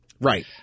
Right